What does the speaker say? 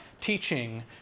teaching